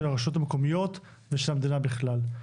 של הרשויות המקומיות ושל המדינה בכלל.